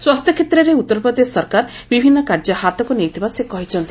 ସ୍ୱାସ୍ଥ୍ୟ କ୍ଷେତ୍ରରେ ଉତ୍ତର ପ୍ରଦେଶ ସରକାର ବିଭିନ୍ନ କାର୍ଯ୍ୟ ହାତକୁ ନେଇଥିବା ସେ କହିଛନ୍ତି